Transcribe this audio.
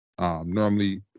Normally